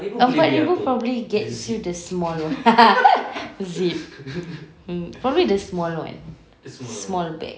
empat ribu probably gets you the small zip hmm probably the small one small bag